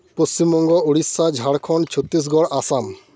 Paschimbanga Odisha Jharkhand Chhattisgarh Assam